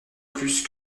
plus